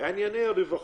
ענייני הרווחה,